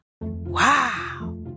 Wow